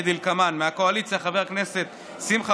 כדלקמן: מהקואליציה חבר הכנסת שמחה